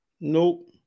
Nope